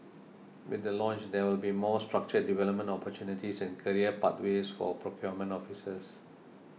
with the launch there will be more structured development opportunities and career pathways for procurement officers